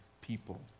people